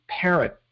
parent